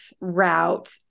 route